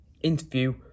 interview